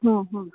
ହଁ ହଁ